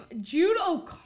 judo